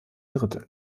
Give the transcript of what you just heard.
drittel